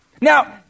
Now